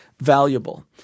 valuable